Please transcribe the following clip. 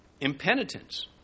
Impenitence